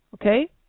Okay